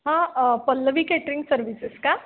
हां Pallavi catering services का